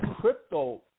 crypto